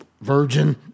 virgin